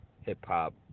hip-hop